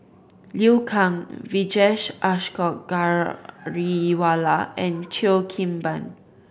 Liu Kang Vijesh Ashok Ghariwala and Cheo Kim Ban